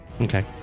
Okay